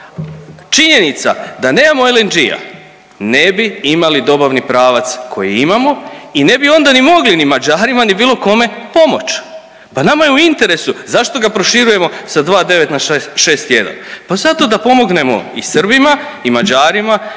Činjenica da nemamo LNG-a ne bi imali dobavni pravac koji imamo i ne bi onda mogli ni Mađarima ni bilo kome pomoć. Pa nama je interesu, zašto ga proširujemo sa 2,9 na 6,1, pa zato da pomognemo i Srbima i Mađarima